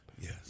yes